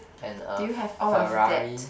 and a Ferrari